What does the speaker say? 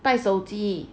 带手机